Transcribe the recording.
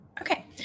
Okay